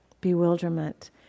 bewilderment